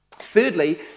Thirdly